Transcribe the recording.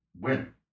win